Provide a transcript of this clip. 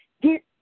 Get